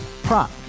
Prop